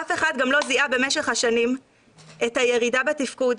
אף אחד גם לא זיהה במשך השנים את הירידה בתפקוד,